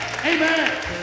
Amen